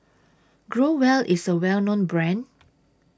Growell IS A Well known Brand